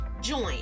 join